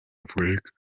afurika